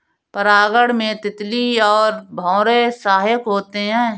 परागण में तितली और भौरे सहायक होते है